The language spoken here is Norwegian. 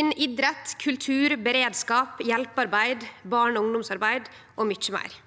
innan idrett, kultur, beredskap, hjelpearbeid, barne- og ungdomsarbeid og mykje meir?